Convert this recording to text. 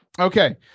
Okay